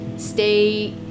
stay